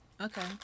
Okay